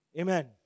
Amen